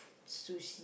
Sushi